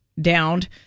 downed